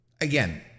again